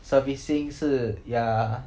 servicing 是 ya